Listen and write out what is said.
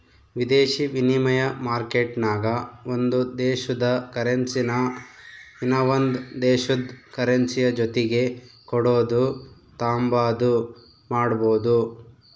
ವಿದೇಶಿ ವಿನಿಮಯ ಮಾರ್ಕೆಟ್ನಾಗ ಒಂದು ದೇಶುದ ಕರೆನ್ಸಿನಾ ಇನವಂದ್ ದೇಶುದ್ ಕರೆನ್ಸಿಯ ಜೊತಿಗೆ ಕೊಡೋದು ತಾಂಬಾದು ಮಾಡ್ಬೋದು